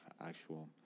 actual